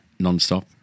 nonstop